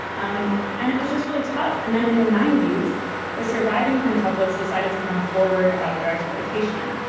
um and it was just really tough. and then in the ninety s the surviving quintuplets decided to come forward about their exploitation,